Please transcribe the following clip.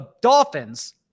Dolphins